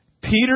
Peter